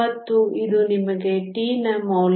ಮತ್ತು ಇದು ನಿಮಗೆ T‵ ನ ಮೌಲ್ಯವನ್ನು 307